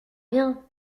bien